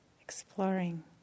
exploring